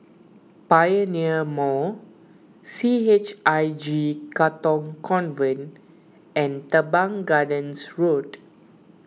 Pioneer Mall C H I J Katong Convent and Teban Gardens Road